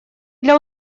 для